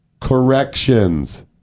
Corrections